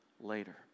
later